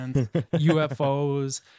UFOs